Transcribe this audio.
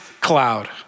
cloud